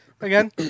Again